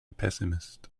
pessimist